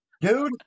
Dude